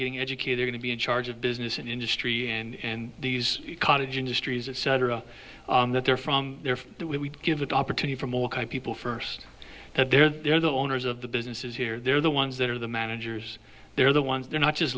getting educator going to be in charge of business and industry and these cottage industries etc that they're from there if we give it opportunity for more people first that they're they're the owners of the businesses here they're the ones that are the managers they're the ones they're not just